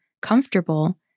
comfortable